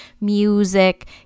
music